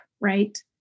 Right